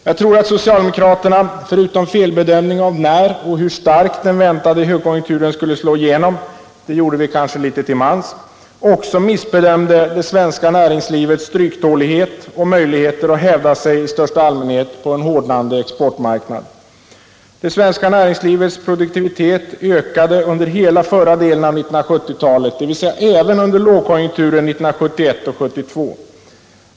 Jag tror att socialdemokraterna, förutom att de felbedömde när och hur starkt den väntade högkonjunkturen skulle slå igenom — det gjorde vi kanske litet till mans — också missbedömde det svenska näringslivets stryktålighet och möjligheter att hävda sig i största allmänhet på en hårdnande exportmarknad. Det svenska näringslivets produktivitet ökade under hela förra delen av 1970-talet, dvs. även under lågkonjunkturen 1971 och 1972.